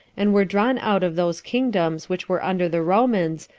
and were drawn out of those kingdoms which were under the romans,